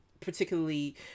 particularly